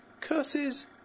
Curses